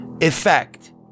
effect